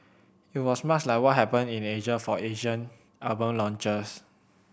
it was much like what happened in Asia for Asian album launches